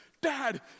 Dad